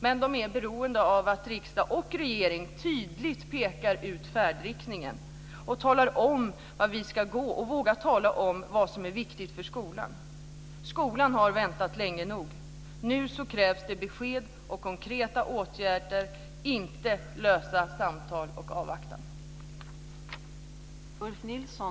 Men de är beroende av att riksdag och regering tydligt pekar ut färdriktningen och talar om vart vi ska gå och vågar tala om vad som är viktigt för skolan. Skolan har kämpat länge nog. Nu krävs det besked och konkreta åtgärder, inte lösa samtal och avvaktan.